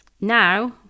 now